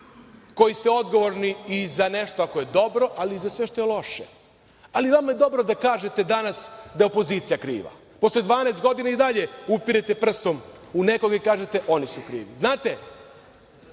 koji ste odgovorni i za nešto ako je dobro, ali i za sve što je loše. Ali, vama je dobro da kažete danas da je opozicija kriva. Posle 12 godina i dalje upirete prstom u nekoga i kažete – oni su krivi. Znate,